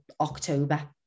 October